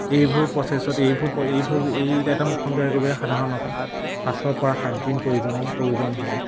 এইবোৰ প্ৰচেছত এইবোৰ এইবোৰ এই এতিয়া মুখখন তৈয়াৰ কৰিবলে সাধাৰণতে পাঁচৰপৰা সাতদিন প্ৰয়োজন প্ৰয়োজন হয়